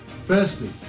Firstly